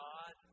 God